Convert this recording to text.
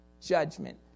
judgment